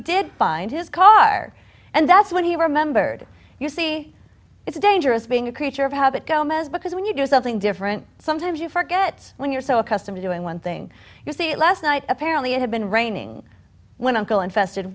did find his car and that's what he remembered you see it's dangerous being a creature of habit gomez because when you do something different sometimes you forget when you're so accustomed to doing one thing you see it last night apparently it had been raining when uncle infested